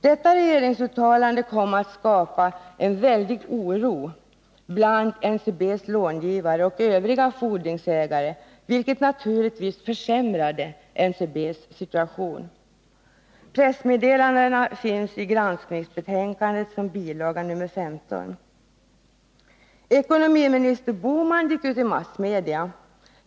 Detta regeringsuttalande kom att skapa stor oro bland NCB:s långivare och övriga fordringsägare, vilket naturligtvis försämrade NCB:s situation. Pressmeddelandena finns i granskningsbetänkandet som bilaga nr 15. Ekonomiminister Bohman gick ut i massmedia.